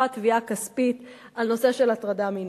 תביעה כספית בנושא של הטרדה מינית.